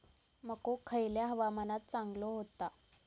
मको खयल्या हवामानात चांगलो होता?